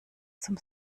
zum